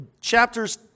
chapters